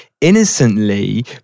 innocently